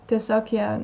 tiesiog jie